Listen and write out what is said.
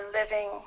living